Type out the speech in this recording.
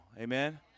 Amen